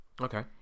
Okay